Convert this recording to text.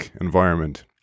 environment